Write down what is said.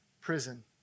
prison